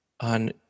on